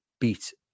beat